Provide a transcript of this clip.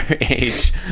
age